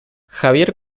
javier